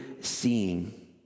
seeing